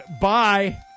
Bye